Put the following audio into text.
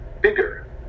bigger